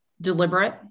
deliberate